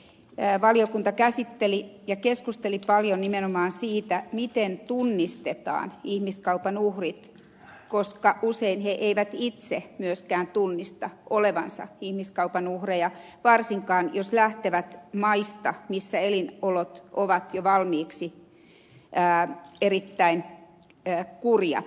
valiokunta käsitteli ja keskusteli paljon nimenomaan siitä miten tunnistetaan ihmiskaupan uhrit koska usein he eivät itse myöskään tunnista olevansa ihmiskaupan uhreja varsinkaan jos lähtevät maista missä elinolot ovat jo valmiiksi erittäin kurjat